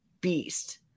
beast